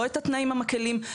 לא את התנאים המקלים,